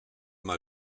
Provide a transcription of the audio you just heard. mal